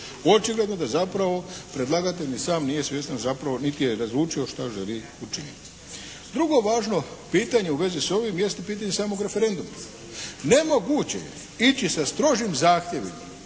Očigledno da zapravo predlagatelj ni sam nije svjestan zapravo niti je razlučio što želi učiniti. Drugo važno pitanje u vezi s ovim jeste pitanje samog referenduma. Nemoguće je ići sa strožim zahtjevima